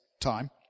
time